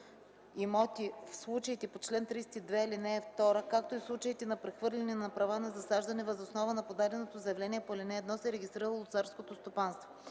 имот/и в случаите по чл. 32, ал. 2, както и в случаите на прехвърляне на права на засаждане, въз основа на подаденото заявление по ал. 1 се регистрира лозарското стопанство.